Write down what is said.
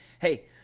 hey